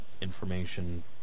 information